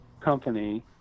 Company